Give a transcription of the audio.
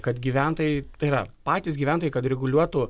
kad gyventojai tai yra patys gyventojai kad reguliuotų